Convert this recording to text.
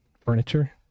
Furniture